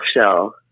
shell